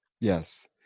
Yes